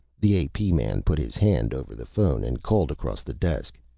the ap man put his hand over the phone and called across the desk.